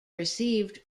received